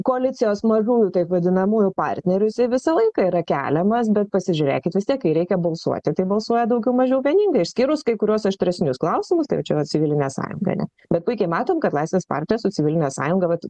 koalicijos mažųjų taip vadinamųjų partnerių jisai visą laiką yra keliamas bet pasižiūrėkit vis tiek kai reikia balsuoti tai balsuoja daugiau mažiau vieningai išskyrus kai kuriuos aštresnius klausimus tai va čia va civilinė sąjunga ane bet puikiai matom kad laisvės partija su civiline sąjunga vat